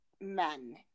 men